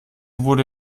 wurde